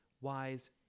wise